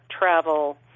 Travel